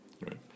right